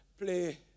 Play